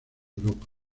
europa